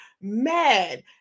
mad